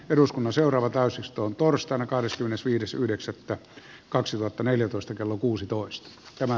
eduskunnan seuraava täysistun torstaina kahdeskymmenesviides yhdeksättä kaksituhattaneljätoista kello kuusitoista tämä